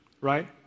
right